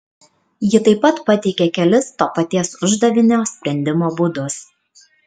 ji taip pat pateikė kelis to paties uždavinio sprendimo būdus